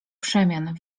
przemian